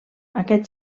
aquest